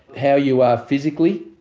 how you are physically,